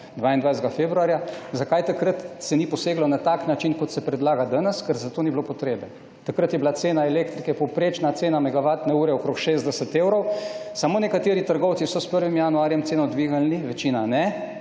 22. februarja? Zakaj se takrat ni poseglo na tak način, kot se predlaga danes? Ker za to ni bilo potrebe. Takrat je bila cena elektrike, povprečna cena megavatne ure okoli 60 evrov. Samo nekateri trgovci so s 1. januarjem ceno dvignili, večina ne.